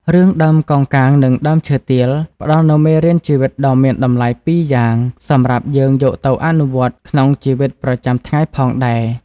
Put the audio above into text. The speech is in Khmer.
រឿង "ដើមកោងកាងនិងដើមឈើទាល" ផ្តល់នូវមេរៀនជីវិតដ៏មានតម្លៃពីរយ៉ាងសម្រាប់យើងយកទៅអនុវត្តក្នុងជីវិតប្រចាំថ្ងៃផងដែរ។